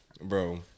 Bro